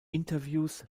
interviews